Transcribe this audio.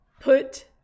put